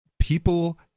People